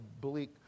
bleak